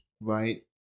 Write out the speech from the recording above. right